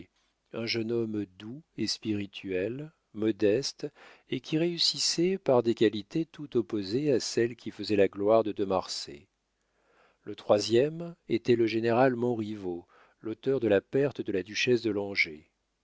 un jeune homme doux et spirituel modeste et qui réussissait par des qualités tout opposées à celles qui faisaient la gloire de de marsay le troisième était le général montriveau l'auteur de la perte de la duchesse de langeais le